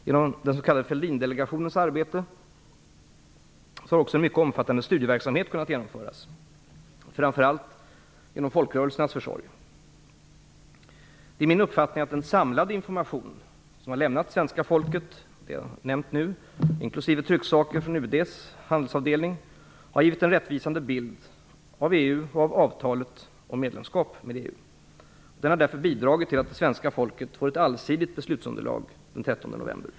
Genom Fälldin-delegationens arbete har en mycket omfattande studieverksamhet kunnat genomföras, framför allt genom folkrörelsernas försorg. Det är min uppfattning att den samlade information som har lämnats svenska folket och som jag nu har nämnt, inklusive trycksaker från UD:s handelsavdelning, givit en rättvisande bild av EU och av avtalet om medlemskap i EU. Den har därför bidragit till att svenska folket får ett allsidigt beslutsunderlag den 13 november.